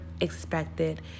expected